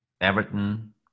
Everton